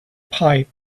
pipe